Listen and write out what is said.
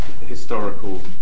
historical